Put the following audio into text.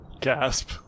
Gasp